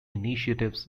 initiatives